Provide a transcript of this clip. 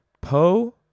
Poe